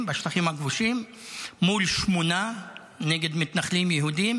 בשטחים הכבושים מול שמונה נגד מתנחלים יהודים,